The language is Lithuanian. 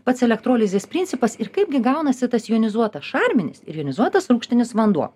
pats elektrolizės principas ir kaipgi gaunasi tas jonizuotas šarminis ir jonizuotas rūgštinis vanduo